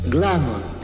Glamour